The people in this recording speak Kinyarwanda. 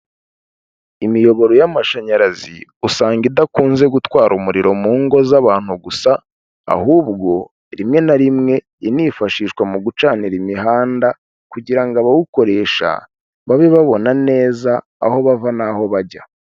Imiyoboro y'amashanyarazi usanga idakunze gutwara umuriro mu ngo z'abantu gusa, ahubwo rimwe na rimwe inifashishwa mu gucanira imihanda, kugira ngo abawukoresha babe babona neza aho bava, n'aho bajya.